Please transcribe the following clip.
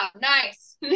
Nice